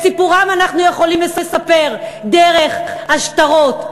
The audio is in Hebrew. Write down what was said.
סיפורם אנחנו יכולים לספר דרך השטרות,